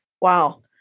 Wow